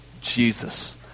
Jesus